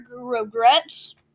regrets